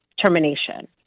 termination